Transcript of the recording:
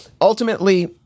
ultimately